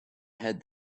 had